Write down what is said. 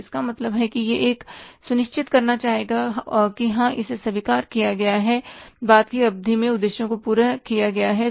तो इसका मतलब है कि वह यह सुनिश्चित करना चाहेगा कि हाँ इसे स्वीकार किया गया है और बाद की अवधि में उद्देश्यों को पूरा किया गया है